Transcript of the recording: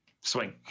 Swing